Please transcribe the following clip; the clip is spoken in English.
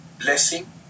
blessing